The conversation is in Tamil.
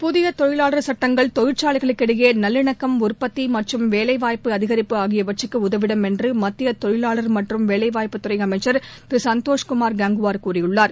புதிய தொழிலாளர் சட்டங்கள் தொழிற்சாலைகளுக்கு இடையே நல்லிணக்கம் உற்பத்தி மற்றும் வேலைவாய்ப்பு அதிகரிப்பு ஆகியவற்றிற்கு உதவிடும் என்று மத்திய தொழிலாளர் மற்றும் வேலைவாய்ப்புத்துறை அமைச்சர் திரு சந்தோஷ் குமார் கங்வார் கூறியுள்ளார்